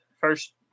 first